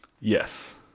yes